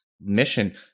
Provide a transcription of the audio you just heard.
mission